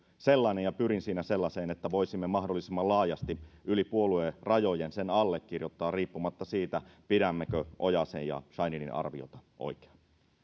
sellainen ja pyrin siinä sellaiseen että voisimme mahdollisimman laajasti yli puoluerajojen sen allekirjoittaa riippumatta siitä pidämmekö ojasen ja scheininin arviota oikeana